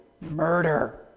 murder